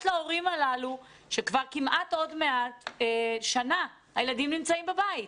להורים הללו שכבר כמעט עוד מעט שנה הילדים נמצאים בבית.